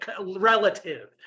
relative